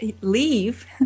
leave